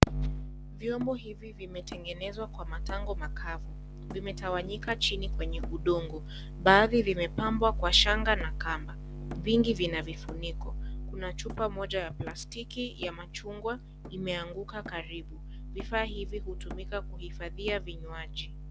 Vyombo hivi vimetengenezwa kwa matango makavu vimetawanyika chini kwenye udongo, baadhi vimepambwa kwa shanga na kamba vingi vina vifuniko kuna chupa moja ya plastiki ya machungwa imeanguka karibu vifaa hivi hutumika kuhifadhia vinywaji.